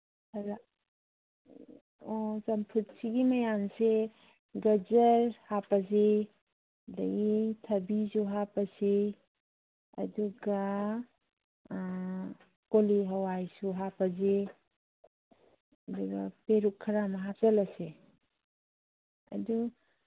ꯑꯣ ꯆꯝꯐꯨꯠꯁꯤꯒꯤ ꯃꯌꯥꯟꯁꯦ ꯒꯖꯔ ꯍꯥꯞꯄꯁꯤ ꯑꯗꯒꯤ ꯊꯕꯤꯁꯨ ꯍꯥꯞꯄꯁꯤ ꯑꯗꯨꯒ ꯀꯣꯂꯤ ꯍꯋꯥꯏꯁꯨ ꯍꯥꯞꯄꯁꯤ ꯑꯗꯨꯒ ꯄꯦꯔꯨꯛ ꯈꯔ ꯑꯃ ꯍꯥꯞꯆꯤꯜꯂꯁꯤ ꯑꯗꯨ